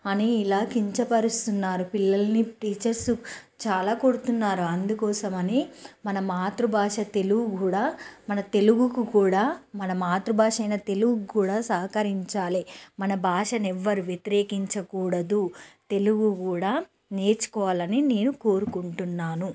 అని ఇలా కించపరుస్తున్నారు పిల్లలని టీచర్సు చాలా కొడుతున్నారు అందుకోసం అని మన మాతృభాష తెలుగు కూడా మన తెలుగు కూడా మన మాతృబాష అయినా తెలుగు కూడా సహకరించాలి మన భాషని ఎవ్వరు వెతిరేకించకూడదు తెలుగు కూడా నేర్చుకోవాలి అని నేను కోరుకుంటున్నాను